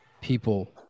people